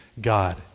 God